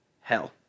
Hell